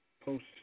Post